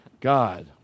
God